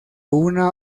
una